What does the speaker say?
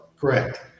Correct